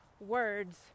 words